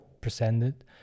presented